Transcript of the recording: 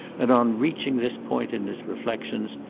and on reaching this point in his reflections,